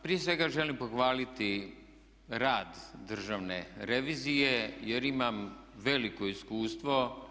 Prije svega želim pohvaliti rad Državne revizije jer imam veliko iskustvo.